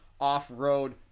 off-road